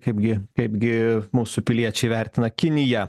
kaipgi kaipgi mūsų piliečiai vertina kiniją